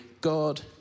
God